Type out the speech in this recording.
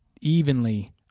evenly